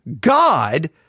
God